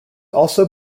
also